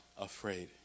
afraid